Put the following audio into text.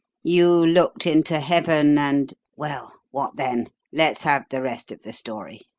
you looked into heaven, and well, what then? let's have the rest of the story.